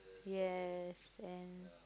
yes then